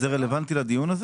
זה רלוונטי לדיון הזה?